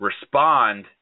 respond